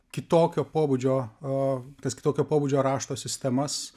kitokio pobūdžio kitokio pobūdžio rašto sistemas